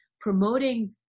promoting